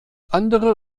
andere